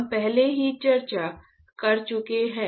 हम पहले ही चर्चा कर चुके हैं